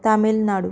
Tamil Nadu